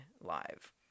live